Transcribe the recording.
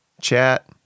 chat